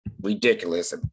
ridiculous